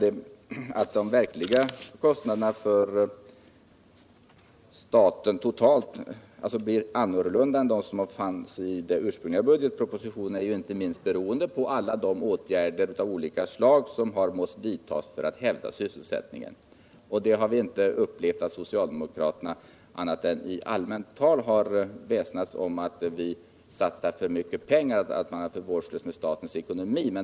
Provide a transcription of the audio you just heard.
Men att de verkliga kostnaderna för staten totalt blivit annorlunda än de som fanns i den ursprungliga budgetpropositionen är inte minst beroende på alla de åtgärder av olika slag som måste vidtas för att hävda sysselsättningen. Vi har inte upplevt att socialdemokraterna annat än i allmänt tal väsnats om att vi satsar för mycket pengar och är vårdslösa med statens ekonomi.